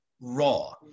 raw